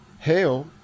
hell